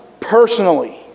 personally